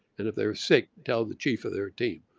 and if they were sick tell the chief of their team.